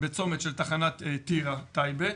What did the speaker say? בצומת של תחנת טירה טייבה.